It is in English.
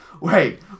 Wait